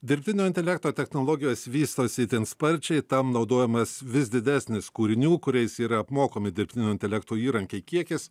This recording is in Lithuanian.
dirbtinio intelekto technologijos vystosi itin sparčiai tam naudojamas vis didesnis kūrinių kuriais yra apmokomi dirbtinio intelekto įrankiai kiekis